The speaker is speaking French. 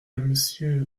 monsieur